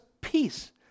peace